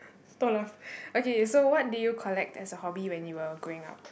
stop laugh okay so what do you collect as a hobby when you were growing up